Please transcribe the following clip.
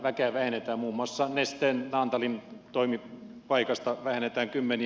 väkeä vähennetään muun muassa nesteen naantalin toimipaikasta kymmeniä